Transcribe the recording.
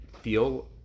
feel